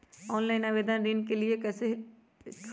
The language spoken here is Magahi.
ऑनलाइन आवेदन ऋन के लिए कैसे हुई?